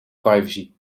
privacy